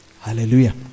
Hallelujah